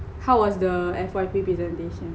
how was the F_Y_P presentation